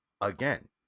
again